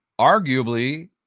arguably